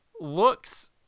looks